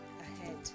ahead